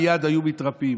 מייד היו מתרפאים.